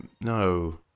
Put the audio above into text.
No